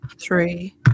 Three